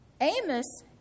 Amos